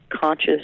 conscious